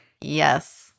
Yes